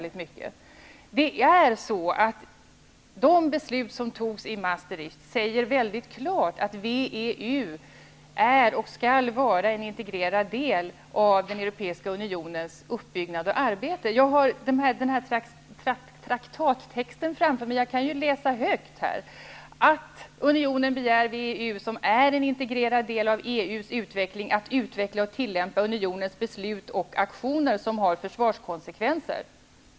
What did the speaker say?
Det är så att de beslut som fattades i Maastricht mycket klart säger att WEU är och skall vara en integrerad del av den europeiska unionens uppbyggnad och arbete. Jag har traktattexten framför mig. Jag kan läsa högt ur den. Det står t.ex. att unionen begär att WEU, som är en integrerad del av EU:s utveckling, skall utveckla och tillämpa unionens beslut och aktioner som har försvarskonsekvenser.